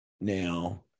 now